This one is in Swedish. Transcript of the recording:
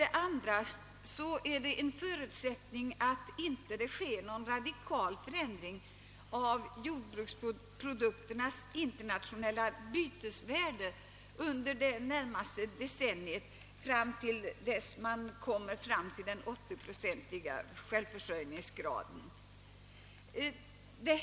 Det är vidare en förutsättning att någon radikal förändring av jordbruksprodukternas internationella bytesvärde inte sker under det närmaste decenniet eller till dess man kommit fram till den 80-procentiga självförsörjningsgraden.